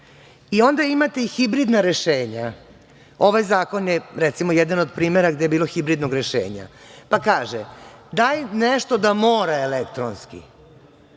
Onda imate i hibridna rešenja, ovaj zakon je recimo jedna od primera gde je bilo hibridnog rešenja. Pa, kaže – daj nešto da mora elektronski,